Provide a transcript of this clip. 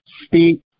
speak